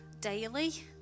daily